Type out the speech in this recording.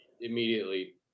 immediately